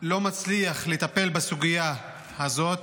לא מצליח לטפל בסוגיה הזאת,